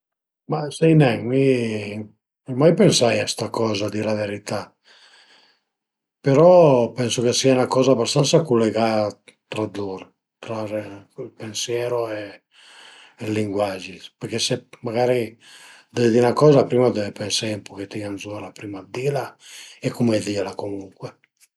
Ma sai nen, mi ai mai pensaie a sta coza a di la verità, però pensu ch'a sia 'na coza bastansa culegà tra lur, tra pensiero e linguage perché se magari deve di 'na coza, prima deve pensie ën puchetin zura, prima dë dila e cume dila comuncue